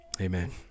amen